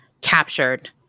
captured